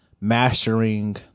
mastering